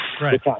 Right